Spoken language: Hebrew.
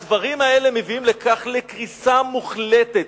הדברים האלו מביאים לקריסה מוחלטת.